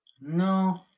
No